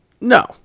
No